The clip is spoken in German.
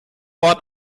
ort